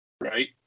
right